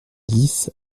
dix